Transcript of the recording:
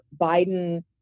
Biden